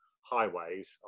highways